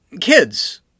Kids